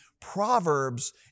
Proverbs